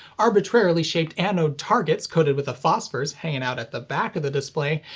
arbitrarily shaped anode targets coated with the phosphors hanging out at the back of the display,